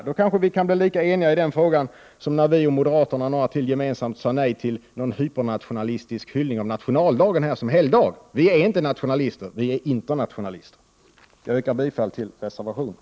Då kanske vi kan bli lika eniga i den frågan som när vi i miljöpartiet, moderaterna och några andra gemensamt sade nej till en hypernationalistisk hyllning av nationaldagen som helgdag. Vi är inte nationalister. Vi är internationalister! Jag yrkar bifall till reservationen.